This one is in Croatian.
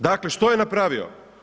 Dakle, što je napravio?